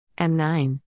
M9